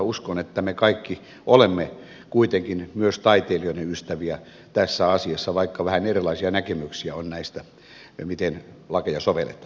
uskon että me kaikki olemme kuitenkin myös taiteilijoiden ystäviä tässä asiassa vaikka vähän erilaisia näkemyksiä on näistä miten lakeja sovelletaan